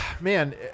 Man